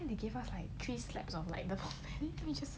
then they give us like three slaps of